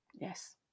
Yes